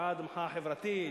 בעד מחאה חברתית,